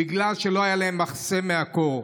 בגלל שלא היה להם מחסה מהקור.